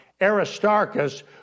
Aristarchus